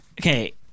Okay